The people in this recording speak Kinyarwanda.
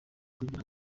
kugira